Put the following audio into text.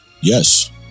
Yes